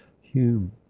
Hume